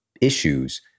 issues